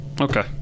okay